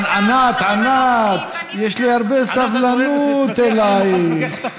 ענת, ענת, יש לי הרבה סבלנות אלייך.